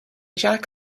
jack